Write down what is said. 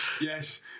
Yes